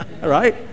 right